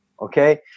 Okay